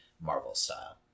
Marvel-style